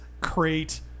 crate